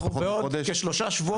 אנחנו בעוד שלושה שבועות,